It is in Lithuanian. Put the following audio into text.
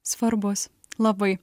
svarbus labai